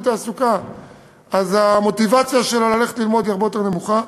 תעסוקה אז המוטיבציה שלו הרבה יותר נמוכה.